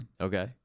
Okay